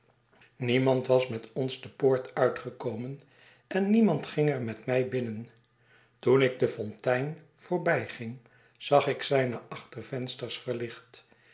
niemand was met ons de poort uitgekomen en niemand ging er met mij binnen toen ik de fontein voorbijging zag ik zijne achtervensters verlicht